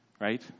Right